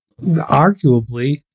arguably